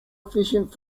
efficient